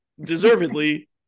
deservedly